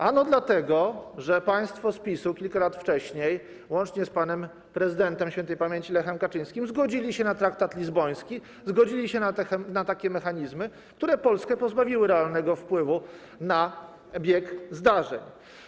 Ano dlatego, że państwo z PiS-u kilka lat wcześniej, łącznie z panem prezydentem śp. Lechem Kaczyńskim, zgodzili się na traktat lizboński, zgodzili się na takie mechanizmy, które Polskę pozbawiły realnego wpływu na bieg zdarzeń.